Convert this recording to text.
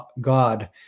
God